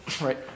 right